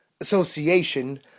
Association